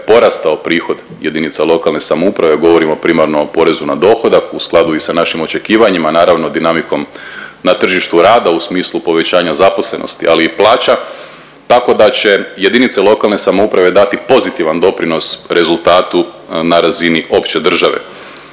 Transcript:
porastao prihod jedinica lokalne samouprave, govorimo primarno o porezu na dohodak u skladu i sa našim očekivanjima, a naravno dinamikom na tržištu rada u smislu povećanja zaposlenih ali i plaća. Tako da će jedinice lokalne samouprave dati pozitivan doprinos rezultatu na razini opće države.